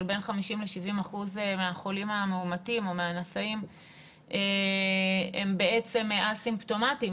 בין 50% ל-70% מהחולים המאומתים או מהנשאים הם בעצם א-סימפטומטיים.